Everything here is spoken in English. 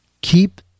keep